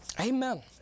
Amen